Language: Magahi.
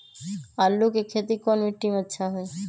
आलु के खेती कौन मिट्टी में अच्छा होइ?